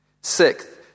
Sixth